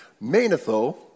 Manetho